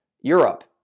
Europe